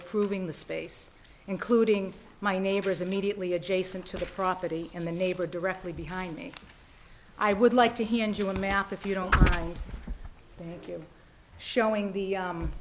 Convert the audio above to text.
approving the space including my neighbors immediately adjacent to the property and the neighbor directly behind me i would like to he enjoyed a map if you don't think you showing the